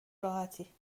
راحتی